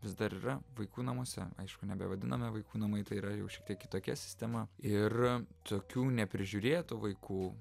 vis dar yra vaikų namuose aišku nebevadiname vaikų namai tai yra jau šiek tiek kitokia sistema yra tokių neprižiūrėtų vaikų